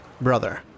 brother